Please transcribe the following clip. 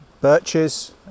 birches